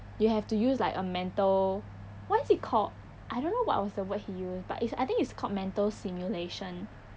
you have to use like a mental what is it called I don't know what was the word he used but it's I think it's called mental stimulation